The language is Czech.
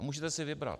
Můžete si vybrat.